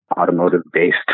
automotive-based